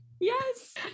Yes